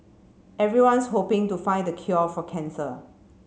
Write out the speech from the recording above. everyone's hoping to find the cure for cancer